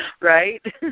Right